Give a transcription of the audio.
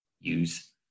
use